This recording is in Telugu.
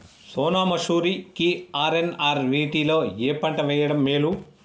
సోనా మాషురి కి ఆర్.ఎన్.ఆర్ వీటిలో ఏ పంట వెయ్యడం మేలు?